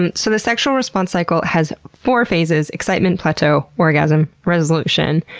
and so the sexual response cycle has four phases excitement, plateau, orgasm, resolution.